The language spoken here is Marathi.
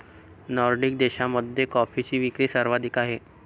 नॉर्डिक देशांमध्ये कॉफीची विक्री सर्वाधिक आहे